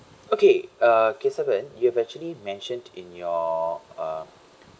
okay uh kesavan you've actually mentioned in your uh